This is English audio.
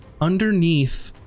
underneath